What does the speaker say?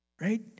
Right